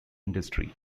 industry